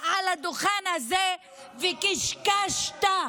היה דיון שהוכח בו שמה את אומרת זה קשקוש מוחלט.